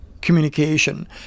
communication